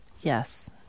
Yes